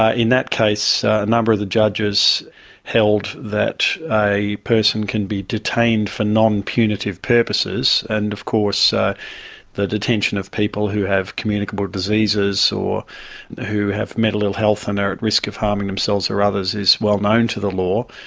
ah in that case a number of the judges held that a person can be detained for non-punitive purposes, and of course ah the detention of people who have communicable diseases or who have mental ill-health and are at risk of harming themselves or others is well known to the law,